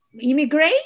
immigrate